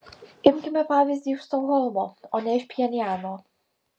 imkime pavyzdį iš stokholmo o ne iš pchenjano